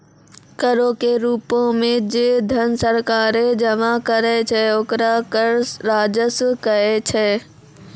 करो के रूपो मे जे धन सरकारें जमा करै छै ओकरा कर राजस्व कहै छै